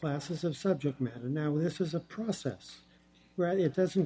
classes of subject matter now this is a process rather it doesn't